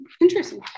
Interesting